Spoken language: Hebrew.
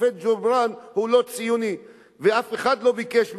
השופט ג'ובראן הוא לא ציוני ואף אחד לא ביקש ממנו,